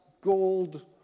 gold